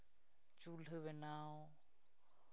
ᱪᱩᱞᱦᱟᱹ ᱵᱮᱱᱟᱣ